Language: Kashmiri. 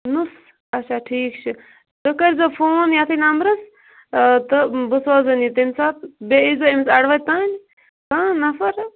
نُس اَچھا ٹھیٖک چھُ تُہۍ کٔرۍزیٚو فون یتھٕے نمبرَس آ تہٕ بہٕ سوزَن یہِ تَمہِ ساتہٕ بیٚیہِ ییٖزیٚو أمِس اَڑٕ وَتہِ تام نفر ہا